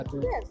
Yes